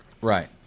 Right